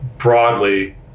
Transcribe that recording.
broadly